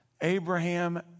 Abraham